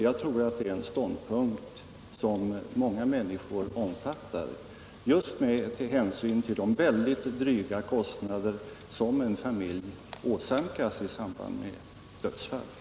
Jag tror det är en ståndpunkt som många människor omfattar just med hänsyn till de dryga kostnader som en familj åsamkas i samband med dödsfall.